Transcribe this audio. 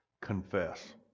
Confess